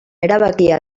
erabakia